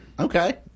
Okay